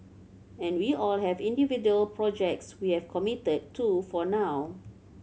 and we all have individual projects we have committed to for now